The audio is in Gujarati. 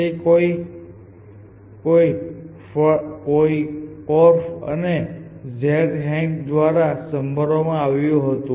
તે કોર્ફ અને ઝેડ હેંગ દ્વારા સંભાળવામાં આવ્યું હતું